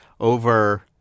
over